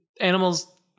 animals